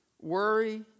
Worry